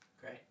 Great